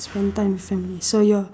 spend time with family so you're